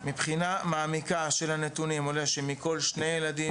מבחינה מעמיקה של הנתונים עולה שמכל שני ילדים